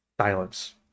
Silence